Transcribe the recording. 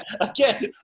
again